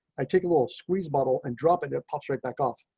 i take a little squeeze bottle and dropping it but right back off.